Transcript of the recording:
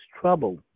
trouble